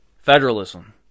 Federalism